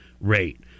rate